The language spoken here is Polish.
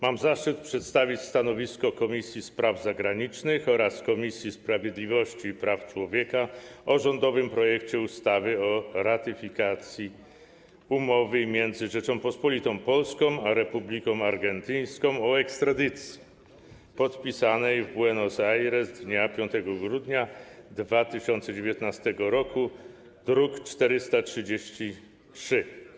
Mam zaszczyt przedstawić stanowisko Komisji Spraw Zagranicznych oraz Komisji Sprawiedliwości i Praw Człowieka w sprawie rządowego projektu ustawy o ratyfikacji Umowy między Rzecząpospolitą Polską a Republiką Argentyńską o ekstradycji, podpisanej w Buenos Aires dnia 5 grudnia 2019 r., druk nr 433.